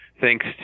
thanks